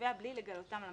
מהתובע בלי לגלותם למשיב.